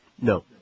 No